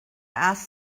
ask